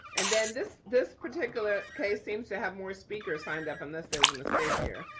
and then this this particular case seems to have more speakers signed up, unless there's a mistake here.